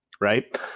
right